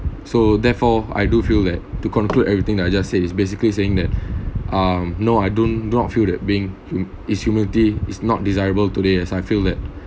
so therefore I do feel that to conclude everything I just say is basically saying that um no I do not feel that being hmm is humility is not desirable today as I feel that